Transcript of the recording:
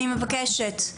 אני מבקשת,